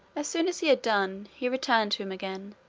as soon as he had done, he returned to him again,